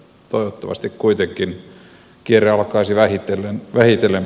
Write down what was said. toivottavasti kuitenkin kierre alkaisi vähitellen päättyä